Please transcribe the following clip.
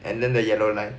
and then the yellow line